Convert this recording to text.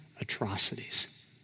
atrocities